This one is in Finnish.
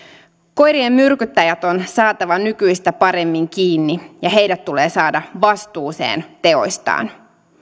koirien myrkyttäjät on saatava nykyistä paremmin kiinni ja heidät tulee saada vastuuseen teoistaan